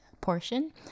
portion